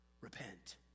repent